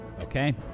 Okay